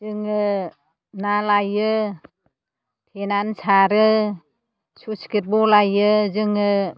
जोङो ना लायो थेनानै सारो सुइस गेट बलायो जोङो